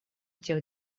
тех